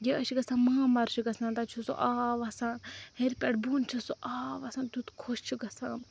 یا أسۍ چھِ گژھان مامر چھُ گَژھان تَتہِ چھُ سُہ آب وَسان ہیٚرِ پٮ۪ٹھ بۄن چھُ سُہ آب وَسان تٮُ۪تھ خۄش چھُ گَژھان